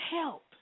help